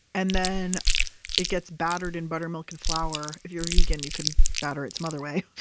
and then it gets battered in buttermilk and flour. if you're vegan, you can batter it some other way,